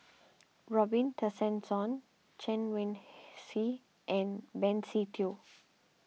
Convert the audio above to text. Robin Tessensohn Chen Wen Hsi and Benny Se Teo